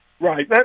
Right